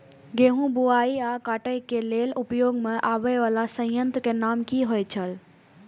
गेहूं बुआई आ काटय केय लेल उपयोग में आबेय वाला संयंत्र के नाम की होय छल?